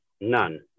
None